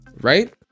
right